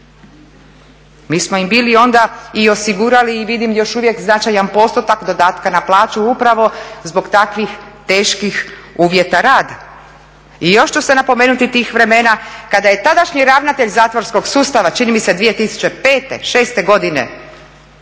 Mi smo im bili onda i osigurali i vidim još uvijek značajan postotak dodatka na plaću upravo zbog takvih teških uvjeta rada. I još ću se napomenuti tih vremena kada je tadašnji ravnatelj zatvorskog sustava čini mi se 2005., šeste godine